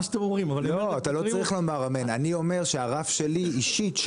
אומר שהרף שלי אישית,